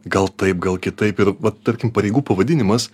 gal taip gal kitaip ir vat tarkim pareigų pavadinimas